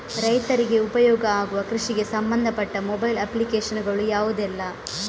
ರೈತರಿಗೆ ಉಪಯೋಗ ಆಗುವ ಕೃಷಿಗೆ ಸಂಬಂಧಪಟ್ಟ ಮೊಬೈಲ್ ಅಪ್ಲಿಕೇಶನ್ ಗಳು ಯಾವುದೆಲ್ಲ?